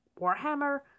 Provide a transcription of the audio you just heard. Warhammer